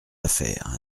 affaires